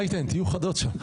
רייטן, תהיו חדות שם.